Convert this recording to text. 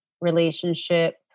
relationship